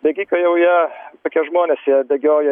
bėgikai jau jie tokie žmonės jie bėgioja